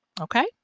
okay